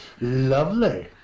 Lovely